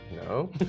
no